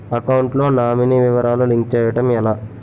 Account లో nominee వివరాలు link చేయటం ఎలా?